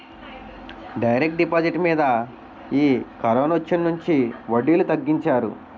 direct deposit మీద ఈ కరోనొచ్చినుంచి వడ్డీలు తగ్గించారు